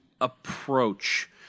approach